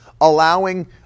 allowing